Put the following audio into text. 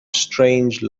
strange